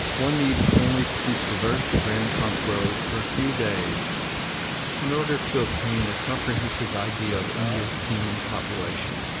one needs only to traverse the grand trunk road for a few days in order to obtain a comprehensive idea of india's teeming population.